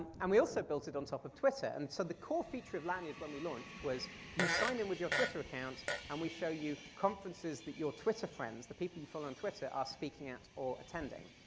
and we also built it on top of twitter. and so the core feature of lanyrd when we launched was you sign in with your twitter account and we show you conferences that your twitter friends, the people you follow on twitter, ah speaking at or attending.